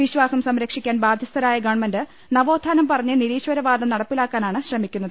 വിശ്വാസം സംരക്ഷിക്കാൻ ബാധ്യസ്ഥരായ ഗവൺമെന്റ് നവോത്ഥാനം പറഞ്ഞ് നിരീശ്വര വാദം നടപ്പാക്കാനാണ് ശ്രമിക്കുന്നത്